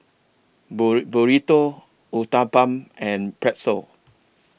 Burrito Uthapam and Pretzel